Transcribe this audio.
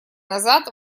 назад